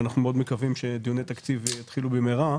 כשאנחנו מאוד מקווים שדיוני תקציב יתחילו במהרה,